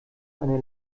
eine